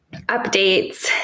updates